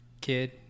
kid